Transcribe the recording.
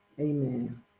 Amen